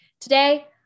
Today